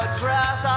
dress